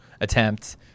attempt